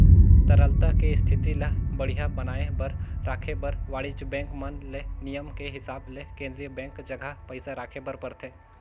तरलता के इस्थिति ल बड़िहा बनाये बर राखे बर वाणिज्य बेंक मन ले नियम के हिसाब ले केन्द्रीय बेंक जघा पइसा राखे बर परथे